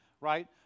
right